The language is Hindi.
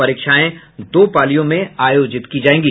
परीक्षाएं दो पालियों में आयोजित की जायेंगी